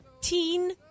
teen